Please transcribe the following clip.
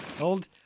Old